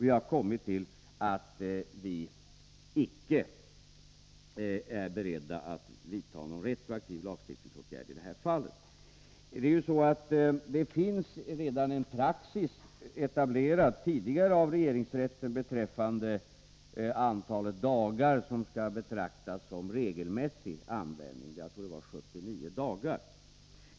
Vi har kommit fram till att vi icke är beredda att vidta några retroaktiva lagstiftningsåtgärder i det här fallet. Det finns redan tidigare en praxis etablerad av regeringsrätten beträffande det som skall betraktas som regelmässig användning av bilen — jag tror att det rör sig om 79 dagar.